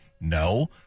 No